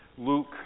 Luke